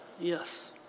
Yes